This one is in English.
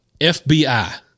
FBI